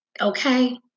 Okay